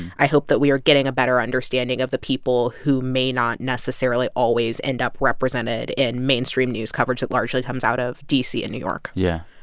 i hope that we are getting a better understanding of the people who may not necessarily always end up represented in mainstream news coverage that largely comes out of d c. and new york yeah.